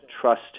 trust